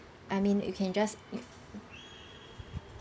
I mean you can just